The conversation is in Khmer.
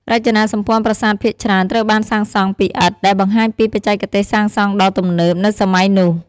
រចនាសម្ព័ន្ធប្រាសាទភាគច្រើនត្រូវបានសាងសង់ពីឥដ្ឋ ដែលបង្ហាញពីបច្ចេកទេសសាងសង់ដ៏ទំនើបនៅសម័យនោះ។